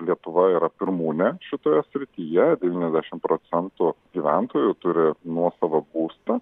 lietuva yra pirmūnė šitoje srityje devyniasdešimt procentų gyventojų turi nuosavą būstą